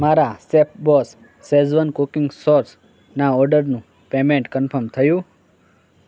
મારા સેફબોસ schezwan cooking સોસના ઓર્ડરનું પેમેન્ટ કન્ફર્મ થયું